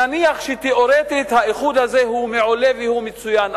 נניח שתיאורטית האיחוד הזה הוא מעולה והוא מצוין,